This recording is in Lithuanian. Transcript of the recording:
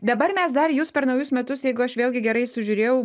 dabar mes dar jus per naujus metus jeigu aš vėlgi gerai sužiūrėjau